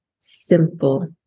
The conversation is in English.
simple